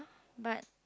but